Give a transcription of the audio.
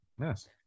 Yes